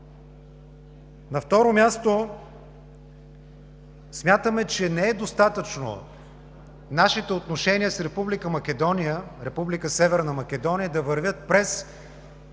На второ място, смятаме, че не е достатъчно нашите отношения с Република Северна Македония да вървят през